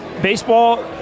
Baseball